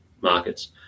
markets